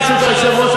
ברשות היושב-ראש,